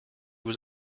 was